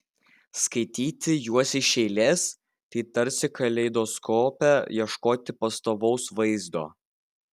skaityti juos iš eilės tai tarsi kaleidoskope ieškoti pastovaus vaizdo